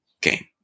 game